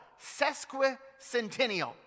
sesquicentennial